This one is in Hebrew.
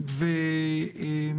ועורך הדין אייל זנדברג,